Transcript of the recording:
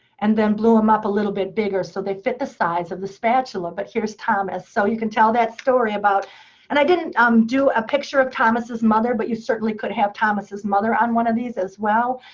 and then blew them up a little bit bigger so they fit the size of the spatula. but here's thomas. so you can tell that story about and i didn't um do a picture of thomas's mother, but you certainly could have thomas's mother on one of these as well.